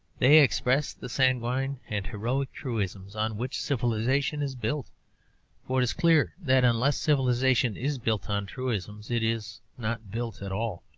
they express the sanguine and heroic truisms on which civilization is built for it is clear that unless civilization is built on truisms, it is not built at all.